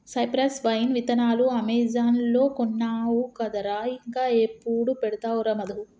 cypress vine విత్తనాలు Amazon లో కొన్నావు కదరా ఇంకా ఎప్పుడు పెడతావురా మధు